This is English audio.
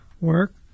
work